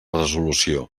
resolució